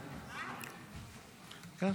באמת?